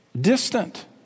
distant